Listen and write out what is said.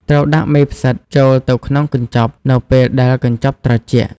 ត្រូវដាក់មេផ្សិតចូលទៅក្នុងកញ្ចប់នៅពេលដែលកញ្ចប់ត្រជាក់។